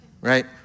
right